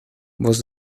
voz